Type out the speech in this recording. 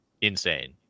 Insane